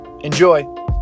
Enjoy